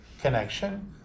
connection